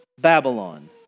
Babylon